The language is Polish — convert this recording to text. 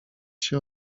się